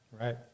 Right